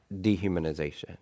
dehumanization